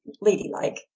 ladylike